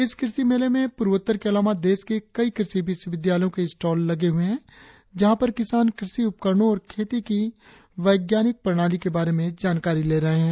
इस कृषि मेले में पूर्वोत्तर के अलावा देश के कई कृषि विश्वविद्यालयों के स्टॉल लगे हुए है जहां पर किसान कृषि उपकरणों और खेती की वैज्ञानिक प्रणाली के बारे में जानकारी ले रहे है